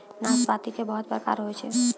नाशपाती के बहुत प्रकार होय छै